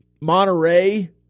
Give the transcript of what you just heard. Monterey